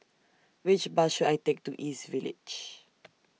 Which Bus should I Take to East Village